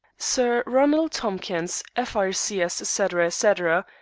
sir ronald tompkins, f r c s, etc. etc,